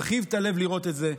מרחיב את הלב לראות את זה,